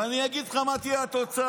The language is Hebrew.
ואני אגיד לך מה תהיה התוצאה.